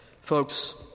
Folks